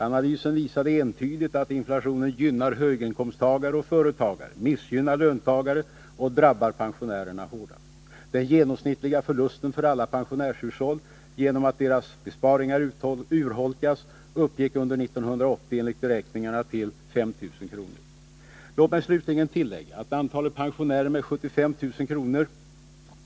Analysen visade entydigt att inflationen gynnar höginkomsttagare och företagare, missgynnar löntagare och drabbar pensionärerna hårdast. Den genomsnittliga förlusten för alla pensionärshushåll, genom att deras besparingar urholkas, uppgick under 1980 enligt beräkningarna till 5 000 kr. Låt mig slutligen tillägga att antalet pensionärer med 75 000 kr.